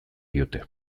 diote